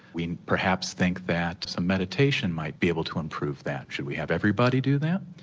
we perhaps think that some meditation might be able to improve that. should we have everybody do that?